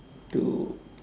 to